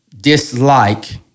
dislike